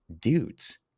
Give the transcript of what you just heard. dudes